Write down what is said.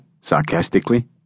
sarcastically